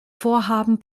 vorhaben